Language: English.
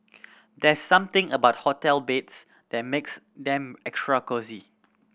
there's something about hotel beds that makes them extra cosy